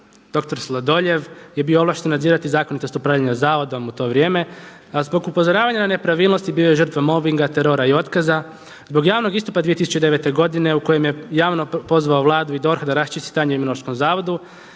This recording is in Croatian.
dr. Sladoljev je bio ovlašten nadzirati zakonitost upravljanja Zavodom u to vrijeme. A zbog upozoravanja na nepravilnosti bio je žrtvom mobinga, terora i otkaza. Zbog javnog istupa 2009. godine u kojem je javno pozvao Vladu i DORH da raščisti stanje u Imunološkom zavodu